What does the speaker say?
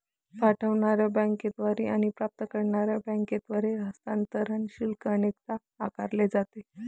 पाठवणार्या बँकेद्वारे आणि प्राप्त करणार्या बँकेद्वारे हस्तांतरण शुल्क अनेकदा आकारले जाते